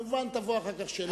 מובן שאחר כך תבוא שאלה נוספת.